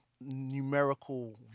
numerical